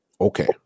Okay